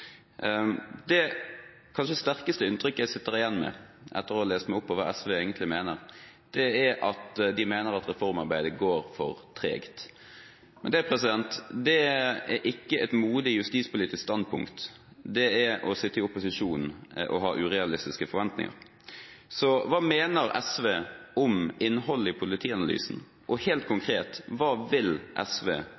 Det kanskje sterkeste inntrykket jeg sitter igjen med, etter å ha lest meg opp på hva SV egentlig mener, er at de mener at reformarbeidet går for tregt. Men det er ikke et modig justispolitisk standpunkt. Det er å sitte i opposisjon og ha urealistiske forventninger. Så hva mener SV om innholdet i politianalysen? Og helt